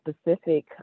specific